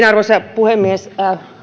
arvoisa puhemies